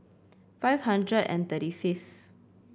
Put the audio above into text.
five hundred and thirty fifth